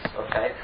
okay